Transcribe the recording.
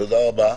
תודה רבה.